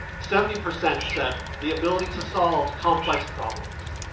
seventy percent said, the ability to solve complex problems.